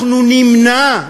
אנחנו נמנע,